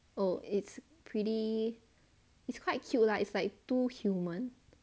oh it's pretty it's quite cute lah it's like two human